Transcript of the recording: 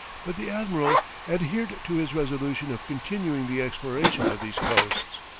but the admiral adhered to his resolution of continuing the exploration of these coasts.